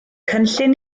cynllun